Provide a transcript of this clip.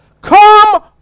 come